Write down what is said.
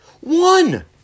One